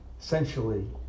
essentially